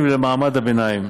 ומנצל את הבמה כדי לכרסם במדינת